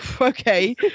Okay